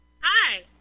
Hi